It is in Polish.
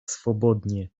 swobodnie